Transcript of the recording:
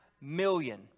million